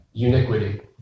Uniquity